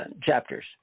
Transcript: chapters